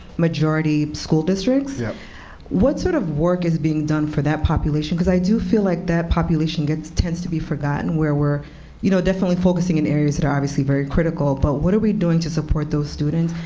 majority school districts. yeah what sort of work is being done for that population? because i do feel like that population tends to be forgotten, where we're you know definitely focusing in areas that are obviously very critical. but what are we doing to support those students,